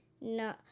No